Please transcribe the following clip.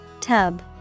Tub